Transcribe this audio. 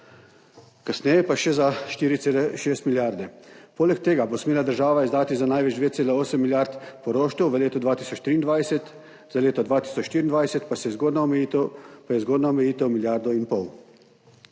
kasneje pa še za 4,6 milijarde. Poleg tega bo smela država izdati za največ 2,8 milijarde poroštev v letu 2023, za leto 2024 pa je zgornja omejitev milijardo in pol.